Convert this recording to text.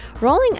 Rolling